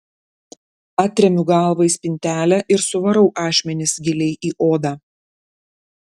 atremiu galvą į spintelę ir suvarau ašmenis giliai į odą